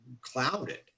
clouded